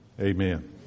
Amen